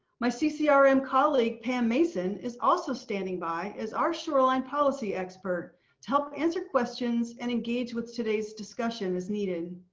my ccrm um colleague pam mason is also standing by as our shoreline policy expert to help answer questions and engage with today's discussion as needed.